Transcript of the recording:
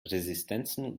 resistenzen